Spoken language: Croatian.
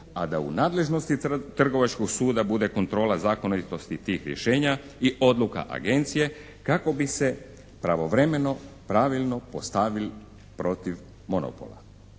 a da u nadležnosti Trgovačkog suda bude kontrola zakonitosti tih rješenja i odluka Agencije kako bi se pravovremeno pravilno postavil protiv monopola?